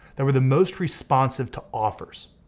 that were the most responsive to offers.